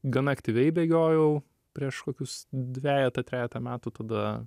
gana aktyviai bėgiojau prieš kokius dvejetą trejetą metų tada